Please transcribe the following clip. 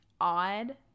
odd